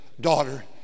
daughter